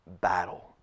battle